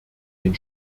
den